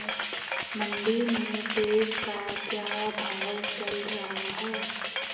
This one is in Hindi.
मंडी में सेब का क्या भाव चल रहा है?